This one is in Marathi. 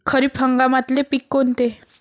खरीप हंगामातले पिकं कोनते?